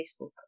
Facebook